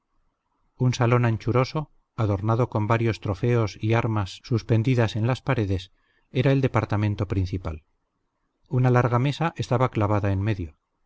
un salón anchuroso adornado con varios trofeos y armas suspendidas en las paredes era el departamento principal una larga mesa estaba clavada en medio